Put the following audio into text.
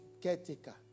caretaker